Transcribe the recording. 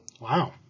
Wow